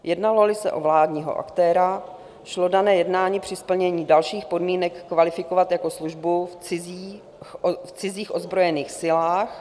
Jednaloli se o vládního aktéra, šlo dané jednání při splnění dalších podmínek kvalifikovat jako službu v cizích ozbrojených silách.